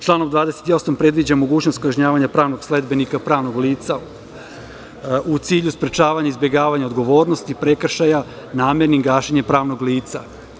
Članom 28. predviđa se mogućnost kažnjavanja pravnog sledbenika pravnog lica u cilju sprečavanja izbegavanja odgovornosti prekršaja namernim gašenjem pravnog lica.